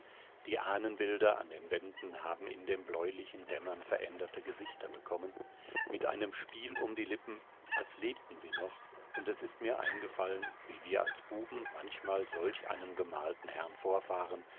die ahnenbilder an den wänden haben in dem bläulichen dämmern veränderte gesichter bekommen mit einem spiel um die lippen als lebten sie noch und es ist mir eingefallen wie wir als buben manchmal solch einen gemalten herrn vorfahren